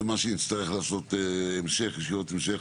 ומה שנצטרך לעשות ישיבות המשך